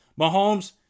Mahomes